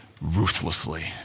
ruthlessly